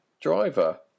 Driver